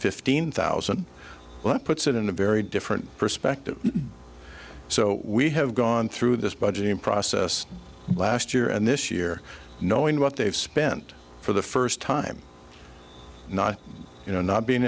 fifteen thousand well it puts it in a very different perspective so we have gone through this budgeting process last year and this year knowing what they've spent for the first time not you know not being